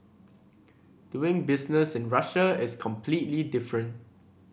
doing business in Russia is completely different